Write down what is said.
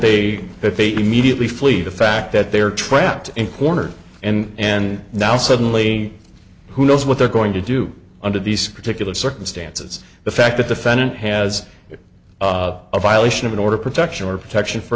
they that they immediately flee the fact that they're trapped in corners and and now suddenly who knows what they're going to do under these particular circumstances the fact that the fan it has a violation of an order protection or protection for